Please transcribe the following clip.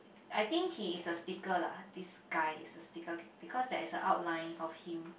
I